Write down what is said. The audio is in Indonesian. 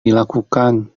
dilakukan